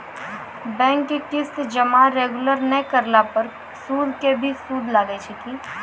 Bank के किस्त जमा रेगुलर नै करला पर सुद के भी सुद लागै छै कि?